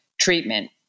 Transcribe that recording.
treatment